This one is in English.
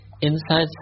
Inside